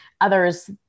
others